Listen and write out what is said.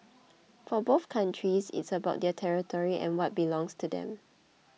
for both countries it's about their territory and what belongs to them